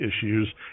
issues